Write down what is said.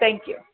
thank you